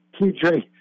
TJ